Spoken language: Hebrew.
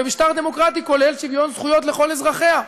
ומשטר דמוקרטי כולל שוויון זכויות לכל אזרחיה,